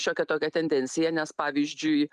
šiokią tokią tendenciją nes pavyzdžiui